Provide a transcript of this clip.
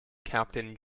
captain